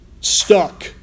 stuck